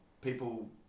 people